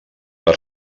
per